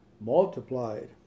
multiplied